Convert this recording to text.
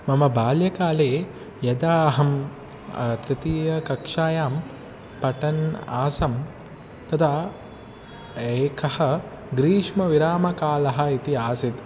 मम बाल्यकाले यदा अहं तृतीयकक्षायां पठन् आसं तदा एकः ग्रीष्मविरामकालः इति आसीत्